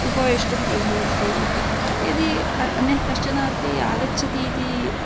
उपवेष्टुं प्रभवन्ति इत्यतः यदि अन्यः कश्चनापि आगच्छति इति